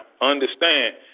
understand